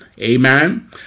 Amen